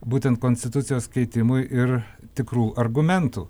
būtent konstitucijos keitimui ir tikrų argumentų